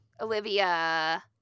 Olivia